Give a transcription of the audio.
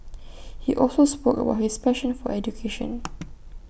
he also spoke about his passion for education